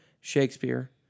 Shakespeare